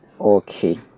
Okay